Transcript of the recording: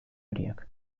horiek